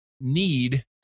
need